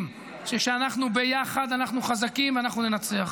שכשאנחנו ביחד אנחנו חזקים ואנחנו ננצח,